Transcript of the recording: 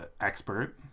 expert